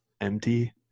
empty